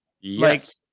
Yes